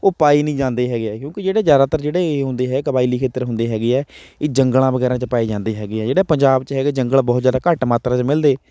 ਉਹ ਪਾਏ ਨਹੀਂ ਜਾਂਦੇ ਹੈਗੇ ਹੈ ਕਿਉਂਕਿ ਜਿਹੜੇ ਜ਼ਿਆਦਾਤਰ ਜਿਹੜੇ ਇਹ ਹੁੰਦੇ ਹੈ ਕਬਾਇਲੀ ਖੇਤਰ ਹੁੰਦੇ ਹੈਗੇ ਹੈ ਇਹ ਜੰਗਲਾਂ ਵਗੈਰਾ 'ਚ ਪਾਏ ਜਾਂਦੇ ਹੈਗੇ ਹੈ ਜਿਹੜੇ ਪੰਜਾਬ 'ਚ ਹੈਗੇ ਜੰਗਲ ਬਹੁਤ ਜ਼ਿਆਦਾ ਘੱਟ ਮਾਤਰਾ 'ਚ ਮਿਲਦੇ